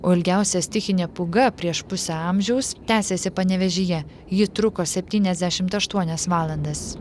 o ilgiausia stichinė pūga prieš pusę amžiaus tęsėsi panevėžyje ji truko septyniasdešimt aštuonias valandas